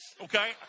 Okay